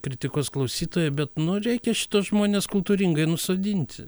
kritikuos klausytojai bet nu reikia šituos žmones kultūringai nusodinti